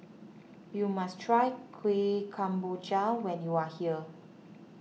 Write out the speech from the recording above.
you must try Kuih Kemboja when you are here